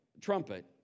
trumpet